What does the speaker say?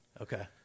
Okay